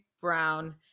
Brown